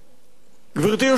גברתי היושבת-ראש,